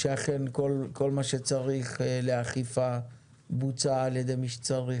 שאכן כל מה שצריך לאכיפה בוצע על ידי מי שצריך?